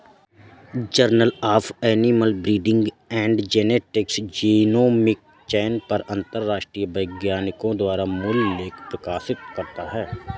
journal of animal breeding and genetics genomic चयन पर अंतरराष्ट्रीय वैज्ञानिकों द्वारा मूल लेख प्रकाशित करता है